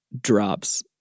drops